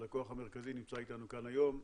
כשהלקוח המרכזי נמצא אתנו כאן היום,